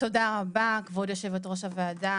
תודה רבה כבוד יושבת ראש הוועדה,